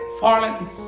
fallen